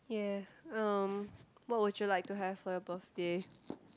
yes um what would you like to have for your birthday